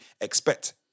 expect